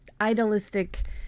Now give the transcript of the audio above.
idealistic